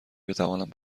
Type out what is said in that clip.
بتوانم